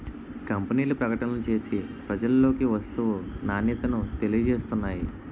కంపెనీలు ప్రకటనలు చేసి ప్రజలలోకి వస్తువు నాణ్యతను తెలియజేస్తున్నాయి